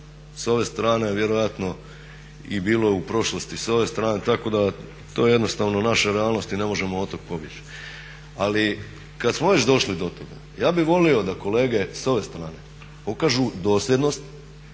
s ove strane vjerojatno i bilo u prošlosti s ove strane, tako da je to jednostavno naša realnost i ne možemo od toga pobjeći. Ali kada smo već došli do toga ja bih volio da kolege s ove strane pokažu dosljednost